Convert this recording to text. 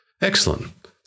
Excellent